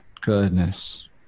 Goodness